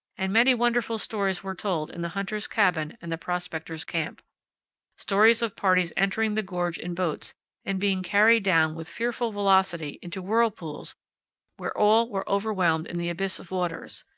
and many wonderful stories were told in the hunter's cabin and the prospector's camp stories of parties entering the gorge in boats and being carried down with fearful velocity into whirlpools where all were overwhelmed in the abyss of waters,